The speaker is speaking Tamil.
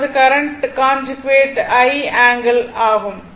அதாவது கரண்ட் கான்ஜுகேட் I∠ ஆகும்